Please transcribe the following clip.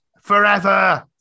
Forever